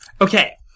Okay